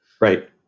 right